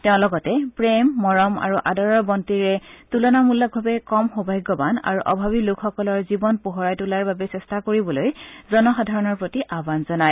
তেওঁ লগতে প্ৰেম মৰম আৰু আদৰৰ বস্তিৰে তুলনামূলকভাৱে কম সৌভাগ্যৱান আৰু অভাৱী লোকসকলৰ জীৱন পোহৰাই তোলাৰ বাবে চেষ্টা কৰিবলৈ জনসাধাৰণৰ প্ৰতি আহান জনায়